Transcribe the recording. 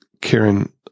Karen